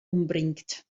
umbringt